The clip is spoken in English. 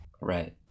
Right